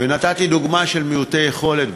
ונתתי דוגמה של מעוטי יכולת,